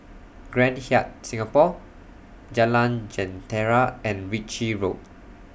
Grand Hyatt Singapore Jalan Jentera and Ritchie Road